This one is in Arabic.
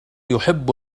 يحب